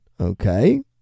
Okay